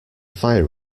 fire